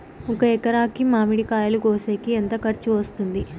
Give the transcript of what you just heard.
ఒక ఎకరాకి మామిడి కాయలు కోసేకి ఎంత ఖర్చు వస్తుంది?